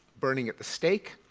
burning at the stake,